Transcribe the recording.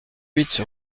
huit